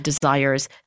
desires